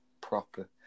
proper